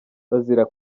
bazira